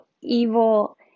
evil